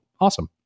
awesome